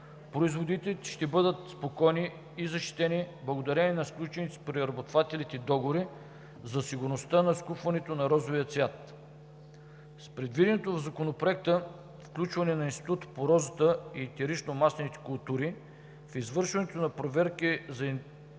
производителите ще бъдат спокойни и защитени благодарение на сключените с преработвателите договори за сигурността на изкупването на розовия цвят. С предвиденото в Законопроекта включване на Института по розата и етеричномаслените култури в извършването на проверки за идентифициране